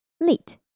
late